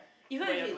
even if it